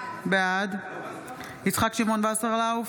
בעד יצחק שמעון וסרלאוף,